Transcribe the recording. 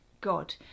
God